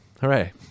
Hooray